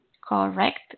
Correct